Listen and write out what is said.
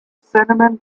cinnamon